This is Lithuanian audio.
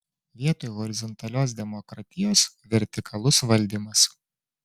vietoj horizontalios demokratijos vertikalus valdymas